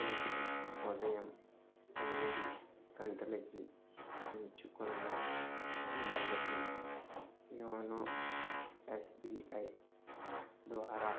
రేపు ఉదయం తొమ్మిది గంటలకి ఎంచుకున్న నంబర్లకి యోనో ఎస్బిఐ ద్వారా